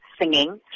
singing